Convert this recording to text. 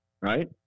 Right